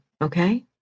okay